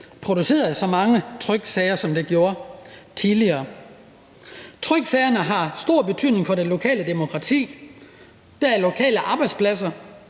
produceret så mange tryksager, som der gjorde tidligere. Tryksagerne har stor betydning for det lokale demokrati, de lokale arbejdspladser